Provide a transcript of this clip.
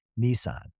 Nissan